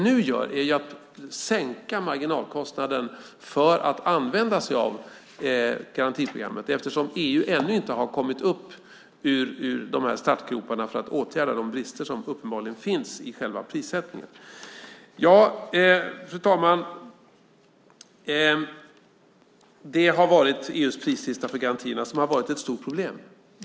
Nu sänker vi marginalkostnaden för att använda sig av garantiprogrammet eftersom EU ännu inte har kommit upp ur startgroparna för att åtgärda de brister som uppenbarligen finns i själva prissättningen. Fru talman! EU:s prislista för garantierna har varit ett stort problem.